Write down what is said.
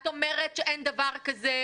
את אומרת שאין בכלל דבר כזה.